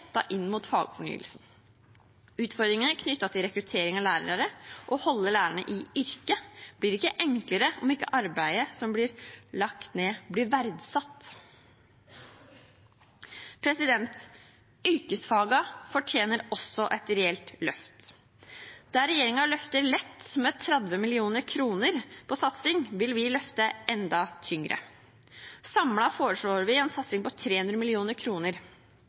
inn mot fagfornyelsen. Utfordringene knyttet til rekruttering av lærere og å holde lærerne i yrket blir ikke enklere om ikke arbeidet som blir lagt ned, blir verdsatt. Yrkesfagene fortjener også et reelt løft. Der regjeringen løfter lett, med 30 mill. kr på satsing, vil vi løfte enda tyngre. Samlet foreslår vi en satsing på 300